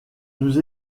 nous